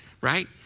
right